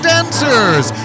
Dancers